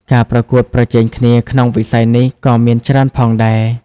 ការប្រកួតប្រជែងគ្នាក្នុងវិស័យនេះក៏មានច្រើនផងដែរ។